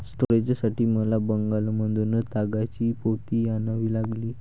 स्टोरेजसाठी मला बंगालमधून तागाची पोती आणावी लागली